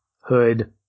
hood